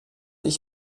ich